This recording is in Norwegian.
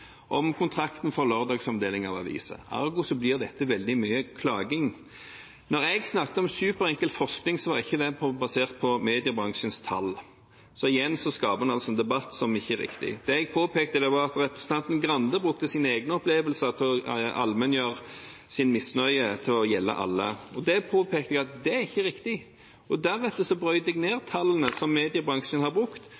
om kontrakten for lørdagsomdeling av aviser. Ergo blir dette veldig mye klaging. Når jeg snakket om «superenkel forskning», var ikke det basert på mediebransjens tall, så igjen skaper en en debatt som ikke er riktig. Det jeg påpekte, var at representanten Grande brukte sine egne opplevelser til å allmenngjøre sin misnøye til å gjelde alle, og jeg påpekte at det er ikke riktig. Deretter brøt jeg ned tallene som mediebransjen har brukt, og